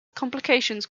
complications